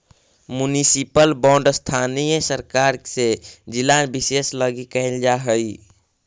municipal bond स्थानीय सरकार से जिला विशेष लगी कैल जा हइ